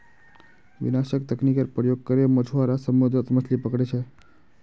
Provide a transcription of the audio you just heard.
विनाशक तकनीकेर प्रयोग करे मछुआरा समुद्रत मछलि पकड़ छे